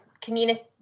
community